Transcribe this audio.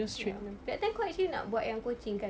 ya that time kau actually nak buat yang coaching kan